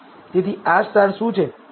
તેથી આ સ્ટાર શું છે